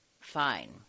fine